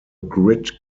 grit